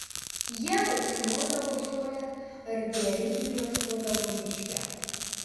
jie rupšnodavo žolę ar gėrybių ieškodavo miške